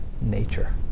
nature